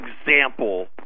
example